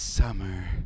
Summer